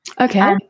Okay